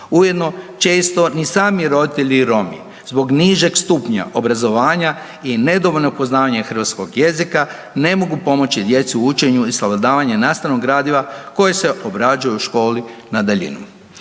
Ujedno često ni sami roditelji Romi zbog nižeg stupnja obrazovanja i nedovoljno poznavanja hrvatskog jezika ne mogu pomoći djeci u učenju i savladavanje nastavnog gradiva koje se obrađuje u školi na daljinu.